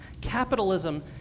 Capitalism